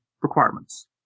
requirements